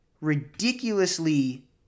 ridiculously